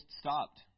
stopped